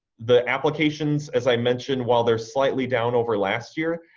the applications as i mentioned, while they're slightly down over last year,